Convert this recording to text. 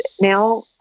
now